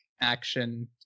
action